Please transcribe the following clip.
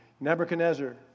Nebuchadnezzar